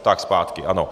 Tak, zpátky, ano.